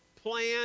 Plan